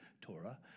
Torah